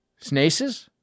Snaces